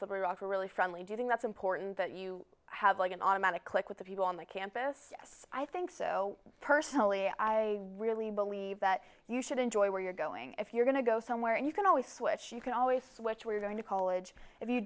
rock are really friendly do you think that's important that you have like an automatic click with a view on the campus i think so personally i really believe that you should enjoy where you're going if you're going to go somewhere and you can always switch you can always switch we're going to college if you